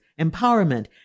empowerment